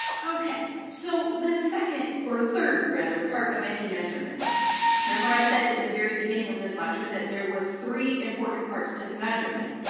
so the second, or third rather, part of any measurement remember i said at the very beginning of this lecture that there were three important parts to the measurement.